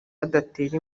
badatera